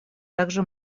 также